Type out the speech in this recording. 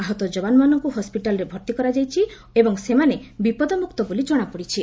ଆହତ ଯବାନମାନଙ୍କୁ ହସ୍କିଟାଲ୍ରେ ଭର୍ତ୍ତି କରାଯାଇଛି ଏବଂ ସେମାନେ ବିପଦମୁକ୍ତ ବୋଲି ଜଣାପଡ଼ିଛି